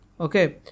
okay